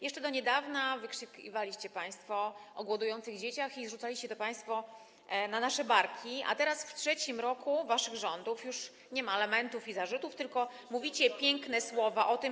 Jeszcze do niedawna wykrzykiwaliście państwo o głodujących dzieciach i zrzucaliście to państwo na nasze barki, a teraz, w trzecim roku waszych rządów, już nie ma lamentów i zarzutów, tylko mówicie piękne słowa o tym.